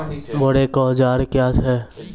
बोरेक औजार क्या हैं?